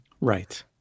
Right